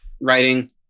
writing